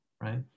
right